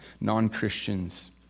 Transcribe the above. Non-Christians